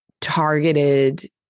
targeted